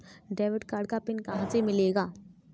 Debit card का PIN कहां से मिलेगा?